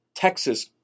Texas